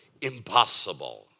impossible